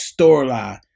storyline